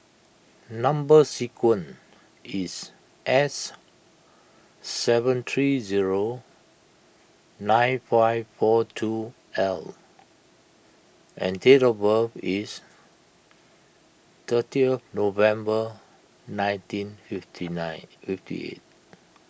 Number Sequence is S seven three zero nine five four two L and date of birth is thirty November nineteen fifty nine fifty eight